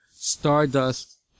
Stardust